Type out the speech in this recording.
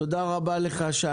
תודה רבה לך, שי.